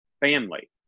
family